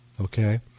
okay